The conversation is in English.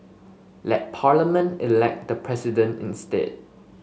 let Parliament elect the President instead